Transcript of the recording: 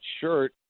shirt